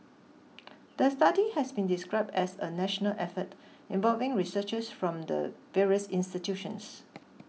the study has been described as a national effort involving researchers from the various institutions